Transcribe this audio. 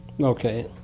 Okay